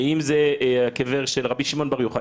ואם זה קבר של רבי שמעון בר יוחאי,